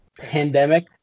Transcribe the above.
pandemic